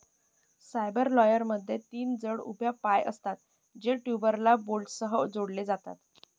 सबसॉयलरमध्ये तीन जड उभ्या पाय असतात, जे टूलबारला बोल्टसह जोडलेले असतात